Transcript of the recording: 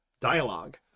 dialogue